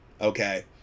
okay